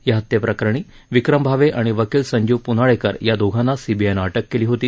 या हत्येप्रकरणी विक्रम भावे आणि वकिल संजीव प्नाळेकर या दोघांना सीबीआयनं अटक केली होती